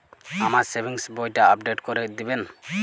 আমার সেভিংস বইটা আপডেট করে দেবেন?